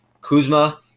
Kuzma